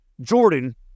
Jordan